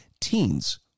Teens